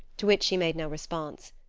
to which she made no response.